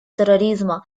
терроризма